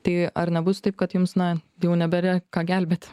tai ar nebus taip kad jums na jau nebėra ką gelbėti